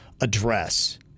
address